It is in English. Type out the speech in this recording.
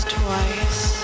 twice